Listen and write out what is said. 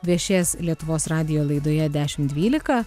viešėjęs lietuvos radijo laidoje dešimt dvylika